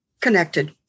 connected